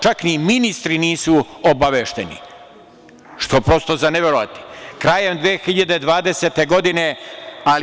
Čak ni ministri nisu obavešteni, što je prosto za neverovati, krajem 2020. godine.